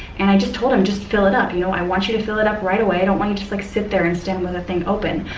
and i just told him, just fill it up, you know, i want you to fill it up right away. i don't want you to just like sit there and stand with the thing open,